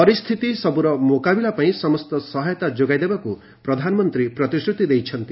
ପରିସ୍ଥିତି ସବୁର ମୁକାବିଲା ପାଇଁ ସମସ୍ତ ସହାୟତା ଯୋଗାଇ ଦେବାକୁ ପ୍ରଧାନମନ୍ତ୍ରୀ ପ୍ରତିଶ୍ରତି ଦେଇଛନ୍ତି